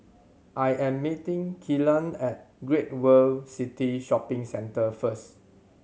I am meeting Kylan at Great World City Shopping Centre first